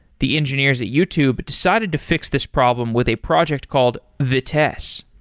the engineers at youtube decided to fix this problem with a project called vitess.